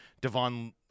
Devon